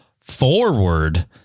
forward